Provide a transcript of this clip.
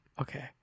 Okay